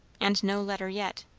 and no letter yet.